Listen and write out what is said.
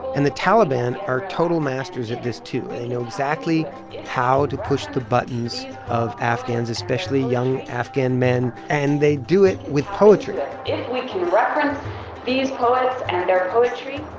and the taliban are total masters of this, too. they know exactly how to push the buttons of afghans, especially young afghan men. and they do it with poetry yeah we can reference these poets and their poetry,